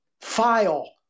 file